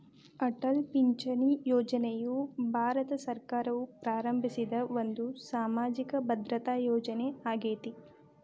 ಅಟಲ್ ಪಿಂಚಣಿ ಯೋಜನೆಯು ಭಾರತ ಸರ್ಕಾರವು ಪ್ರಾರಂಭಿಸಿದ ಒಂದು ಸಾಮಾಜಿಕ ಭದ್ರತಾ ಯೋಜನೆ ಆಗೇತಿ